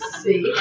see